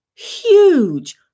Huge